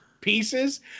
pieces